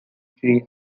tree